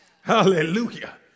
Hallelujah